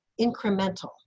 incremental